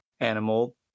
Animal